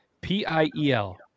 P-I-E-L